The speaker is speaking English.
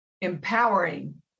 empowering